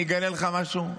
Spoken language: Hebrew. אני אגלה לך משהו.